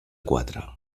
quatre